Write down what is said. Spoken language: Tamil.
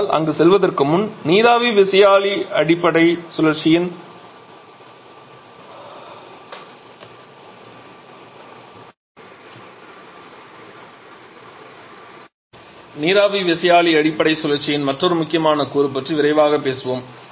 ஆனால் அங்கு செல்வதற்கு முன் நீராவி விசையாழி அடிப்படை சுழற்சியின் மற்றொரு முக்கியமான கூறு பற்றி விரைவாக பேசுவோம்